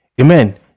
Amen